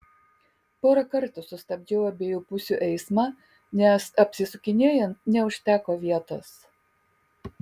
porą kartų sustabdžiau abiejų pusių eismą nes apsisukinėjant neužteko vietos